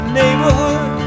neighborhood